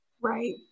right